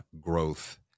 growth